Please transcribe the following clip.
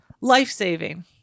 life-saving